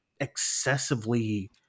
excessively